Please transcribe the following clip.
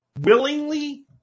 willingly